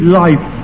life